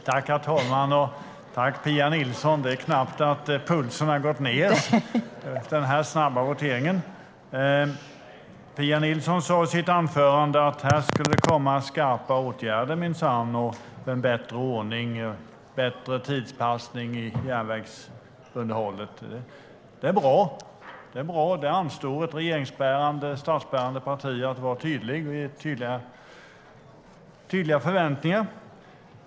Herr talman! Tack, Pia Nilsson! Det är knappt pulsen har gått ned efter denna snabba votering. Pia Nilsson sa i sitt anförande att här skulle det minsann komma skarpa åtgärder, en bättre ordning och bättre tidspassning i järnvägsunderhållet. Det är bra. Det anstår ett regeringsbärande och statsbärande parti att vara tydligt och ha tydliga förväntningar.